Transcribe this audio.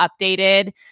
updated